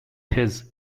his